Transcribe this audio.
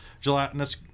gelatinous